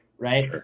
right